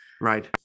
right